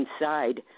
inside